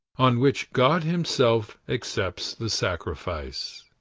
on which god himself accepts the sacrifice?